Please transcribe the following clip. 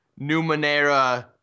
numenera